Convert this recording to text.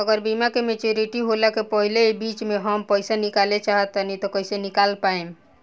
अगर बीमा के मेचूरिटि होला के पहिले ही बीच मे हम पईसा निकाले चाहेम त कइसे निकाल पायेम?